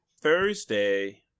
Thursday